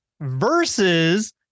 versus